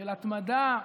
של התמדה.